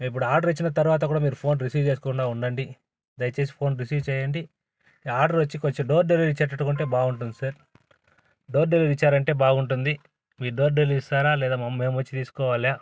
మేము ఇప్పుడు ఆర్డర్ ఇచ్చిన తర్వాత కూడా మీరు ఫోన్ రిసీవ్ చేసుకునేలా ఉండండి దయచేసి ఫోన్ రిసీవ్ చేయండి ఆర్డర్ వచ్చి డోర్ డెలివరీ ఇచ్చేటట్టుగా ఉంటే బాగుంటుంది సార్ డోర్ డెలివరీ ఇచ్చారంటే బాగుంటుంది మీరు డోర్ డెలివరీ ఇస్తారా లేదంటే మమ్ మేము వచ్చి తీసుకోవాలా